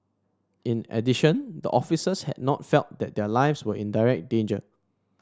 in addition the officers had not felt that their lives were in direct danger